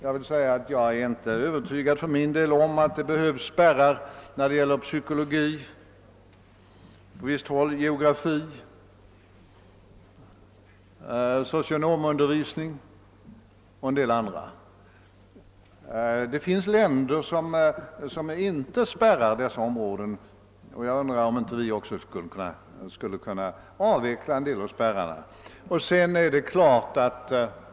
Jag är för min del inte övertygad om att det behövs spärrar för undervisningen i psykologi — åtminstone på visst håll — i geografi, för blivande socionomer och på en del andra håll. Det finns länder som inte spärrar dessa ämnen, och jag undrar om inte också vi skulle kunna avveckla en del av spärrarna.